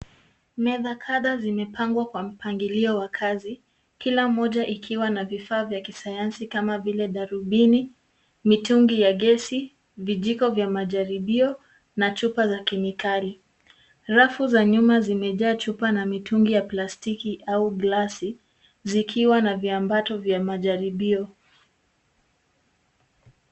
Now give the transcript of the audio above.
Meza kadha zimepangwa kwa mpangilio wa kazi, kila moja ikiwa na vifaa vya kisayansi kama vile darubini, mitungi ya gesi, vijiko vya majaribio na chupa za kemikali. Rafu za nyuma zimejaa chupa na mitungi ya plastiki au glasi zikiwa na viambato vya majaribio.